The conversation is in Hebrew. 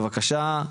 בבקשה,